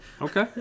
Okay